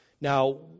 Now